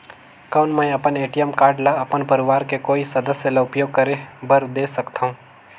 कौन मैं अपन ए.टी.एम कारड ल अपन परवार के कोई सदस्य ल उपयोग करे बर दे सकथव?